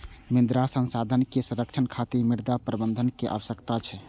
मृदा संसाधन के संरक्षण खातिर मृदा प्रबंधन के आवश्यकता छै